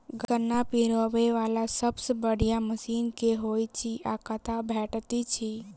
गन्ना पिरोबै वला सबसँ बढ़िया मशीन केँ होइत अछि आ कतह भेटति अछि?